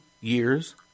years